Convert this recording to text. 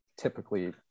typically